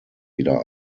wieder